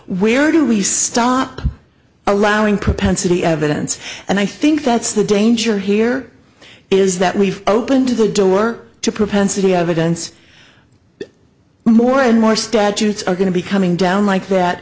where do we stop allowing propensity evidence and i think that's the danger here is that we've opened the door to propensity have a dense more and more statutes are going to be coming down like that